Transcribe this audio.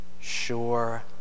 sure